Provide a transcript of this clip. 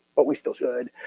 but we still should.